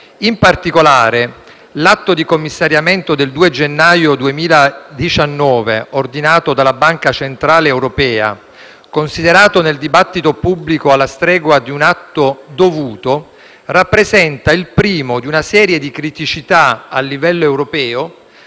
In particolare, l'atto di commissariamento del 2 gennaio 2019 ordinato dalla Banca centrale europea, considerato nel dibattito pubblico alla stregua di un atto dovuto, rappresenta il primo di una serie di criticità a livello europeo